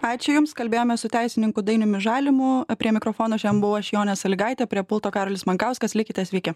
ačiū jums kalbėjomės su teisininku dainiumi žalimu prie mikrofono šiandien buvau aš jonė salygaitė o prie pulto karolis mankauskas likite sveiki